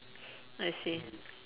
I see